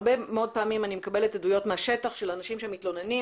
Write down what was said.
הרבה מאוד פעמים אני מקבלת עדויות מהשטח מאנשים שמתלוננים